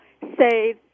say